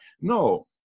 No